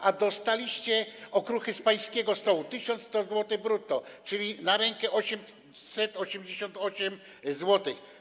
A dostaliście okruchy z pańskiego stołu, 1100 zł brutto, czyli na rękę 888 zł.